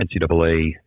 NCAA